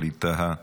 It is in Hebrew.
ווליד טאהא,